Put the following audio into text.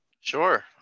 Sure